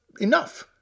enough